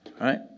right